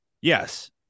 Yes